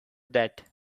that